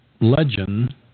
legend